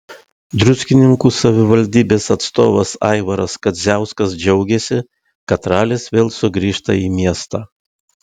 druskininkų savivaldybės atstovas aivaras kadziauskas džiaugėsi kad ralis vėl sugrįžta į miestą